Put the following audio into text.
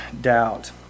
doubt